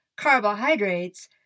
carbohydrates